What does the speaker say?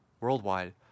worldwide